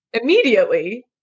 Immediately